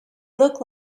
look